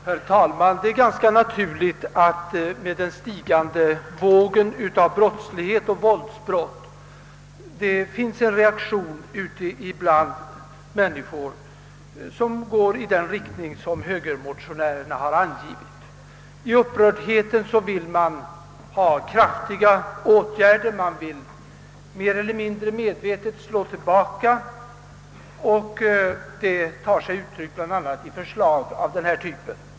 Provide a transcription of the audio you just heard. Herr talman! Det är ganska naturligt att det med den stigande vågen av brottslighet och våldshandlingar uppstår en reaktion bland människorna i den riktning som högermotionärerna representerar. I sin upprördhet önskar man tillgripa kraftiga åtgärder och vill mer eller mindre medvetet slå tillbaka, vilket tar sig uttryck bland annat i förslag av denna typ.